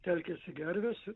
telkiasi gervės